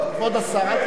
אנחנו לא הקמנו.